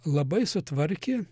labai sutvarkė